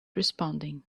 responding